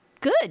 Good